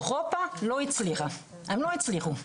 אירופה לא הצליחה, הם לא הצליחו.